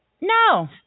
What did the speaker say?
No